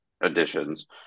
additions